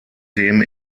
themen